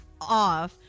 off